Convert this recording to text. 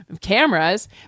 cameras